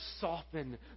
soften